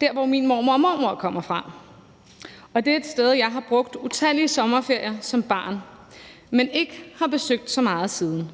der, hvor min mormor og morfar kommer fra. Det er et sted, jeg har brugt utallige sommerferier som barn, men ikke har besøgt så meget siden.